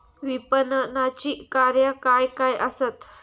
विपणनाची कार्या काय काय आसत?